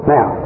Now